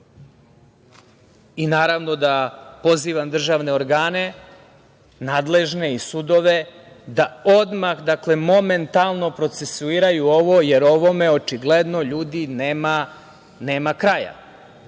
naravno da pozivam državne organe nadležne i sudove da odmah, momentalno procesuiraju ovo, jer ovome očigledno ljudi nema kraja.